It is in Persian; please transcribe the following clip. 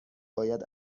باید